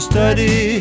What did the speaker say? study